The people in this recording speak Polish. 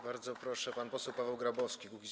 Bardzo proszę, pan poseł Paweł Grabowski, Kukiz’15.